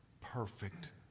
perfect